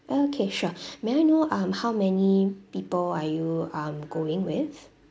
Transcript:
okay sure may I know um how many people are you um going with